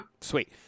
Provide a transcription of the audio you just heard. Sweet